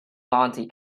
monty